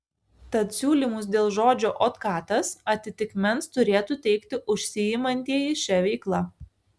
tad siūlymus dėl žodžio otkatas atitikmens turėtų teikti užsiimantieji šia veikla